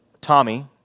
Tommy